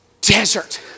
desert